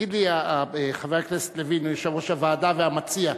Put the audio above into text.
תגיד לי, חבר הכנסת לוין, יושב-ראש הוועדה והמציע,